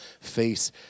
face